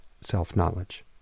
self-knowledge